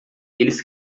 eles